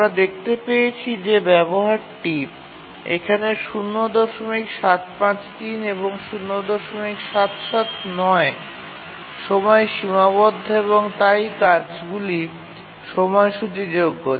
আমরা দেখতে পেয়েছি যে ব্যবহারটি এখানে ০৭৫৩ এবং ০৭৭৯ সময়ে সীমাবদ্ধ হয় এবং তাই কাজগুলি সময়সূচীযোগ্য